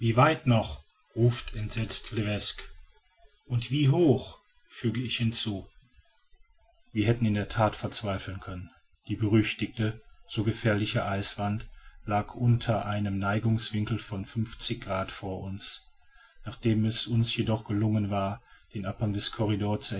weit noch ruft entsetzt levesque und wie hoch füge ich hinzu wir hätten in der that verzweifeln können die berüchtigte so sehr gefürchtete eiswand lag unter einem neigungswinkel von fünfzig grad vor uns nachdem es uns jedoch gelungen war den abhang des corridor